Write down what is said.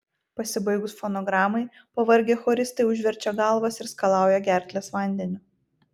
pasibaigus fonogramai pavargę choristai užverčia galvas ir skalauja gerkles vandeniu